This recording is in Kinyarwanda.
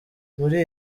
muri